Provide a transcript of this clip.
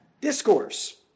discourse